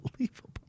Unbelievable